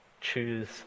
choose